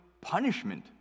punishment